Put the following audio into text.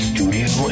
Studio